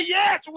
yes